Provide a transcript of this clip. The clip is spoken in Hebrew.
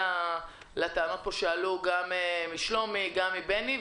כלומר, זה משני הכיוונים.